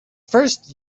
first